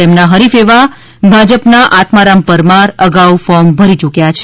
તેમના હરીફ એવા ભાજપના આત્મારામ પરમાર અગાઉ ફોર્મ ભરી યૂક્યા છે